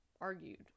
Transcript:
argued